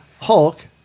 Hulk